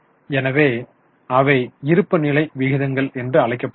எனவே அவை இருப்புநிலை விகிதங்கள் என்றும் அழைக்கப்படுகின்றன